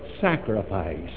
sacrifice